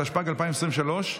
התשפ"ג 2023,